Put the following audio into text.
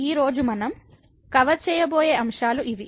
ఈ రోజు మనం కవర్ చేయబోయే అంశాలు ఇవి